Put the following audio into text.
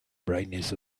brightness